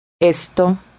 Esto